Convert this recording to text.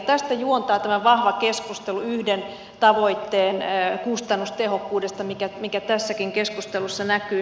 tästä juontaa tämä vahva keskustelu yhden tavoitteen kustannustehokkuudesta mikä tässäkin keskustelussa näkyy